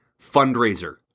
fundraiser